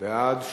נתקבלו.